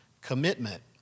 commitment